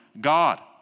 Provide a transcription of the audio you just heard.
God